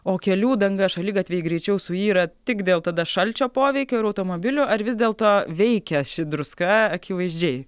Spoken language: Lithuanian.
o kelių danga šaligatviai greičiau suyra tik dėl tada šalčio poveikio ir automobilių ar vis dėlto veikia ši druska akivaizdžiai